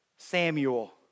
Samuel